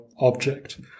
object